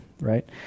Right